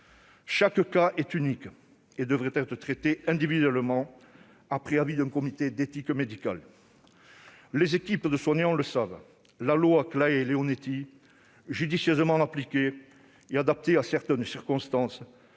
Chaque cas est unique et devrait être traité individuellement, après avis d'un comité d'éthique médicale. Les équipes de soignants le savent : judicieusement appliquée et adaptée en fonction de certaines circonstances,